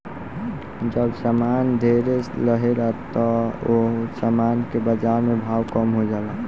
जब सामान ढेरे रहेला त ओह सामान के बाजार में भाव कम हो जाला